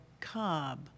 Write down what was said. Cobb